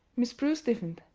miss prue stiffened.